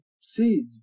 seeds